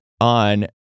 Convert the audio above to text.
on